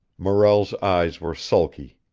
morrell's eyes were sulky.